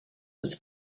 was